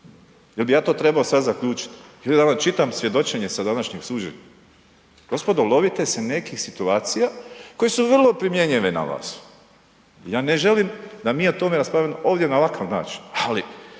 jel bi ja to trebao sada zaključiti ili da vam čitam svjedočenje sa današnjeg suđenja? Gospodo, lovite se nekih situacija koje su vrlo primjenjive na vas. Ja ne želim da mi o tome raspravljamo ovdje na ovakav način, ali